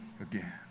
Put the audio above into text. again